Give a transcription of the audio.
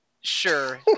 sure